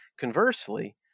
conversely